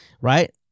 right